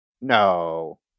No